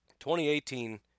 2018